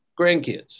grandkids